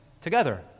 together